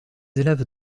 élèves